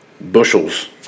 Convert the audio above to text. bushels